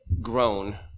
grown